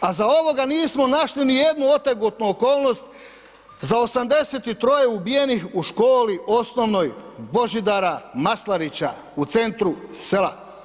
A za ovoga nismo našli nijednu otegotnu okolnost za 83 ubijenih u školi osnovnoj Božidara Maslarića u centru sela.